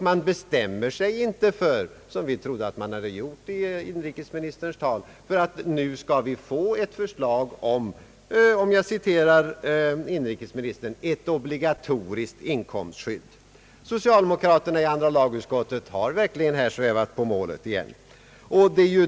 Man bestämmer sig inte för — som vi trodde att de hade gjort i inrikesministern tal — att det skall komma ett förslag om »ett obligatoriskt inkomstskydd», för att citera inrikesministern. Socialdemokraterna i andra lagutskottet har verkligen här svävat på målet igen.